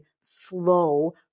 slow